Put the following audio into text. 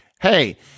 Hey